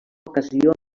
ocasió